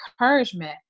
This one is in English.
encouragement